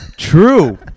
True